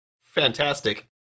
fantastic